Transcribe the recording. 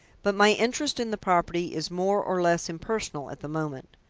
but my interest in the property is more or less impersonal at the moment.